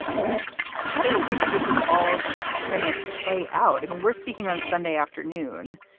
how do you think this is all going to play out? i mean, we're speaking on sunday afternoon.